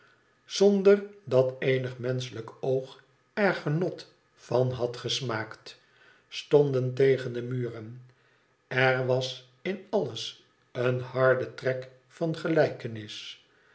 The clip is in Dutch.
zonder dat eenig menschelijk oog er genot van had gesmaakt stonden tegen de muren er was m alles een harde trek van gelijkenis